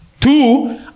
Two